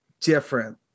different